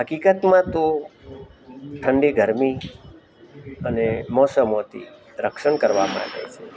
હકીકતમાં તો ઠંડી ગરમી અને મોસમોથી રક્ષણ કરવા માટે છે